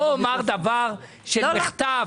לא אומר דבר של מחטף,